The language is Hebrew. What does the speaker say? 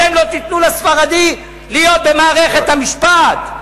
אתם לא תיתנו לספרדי להיות במערכת המשפט.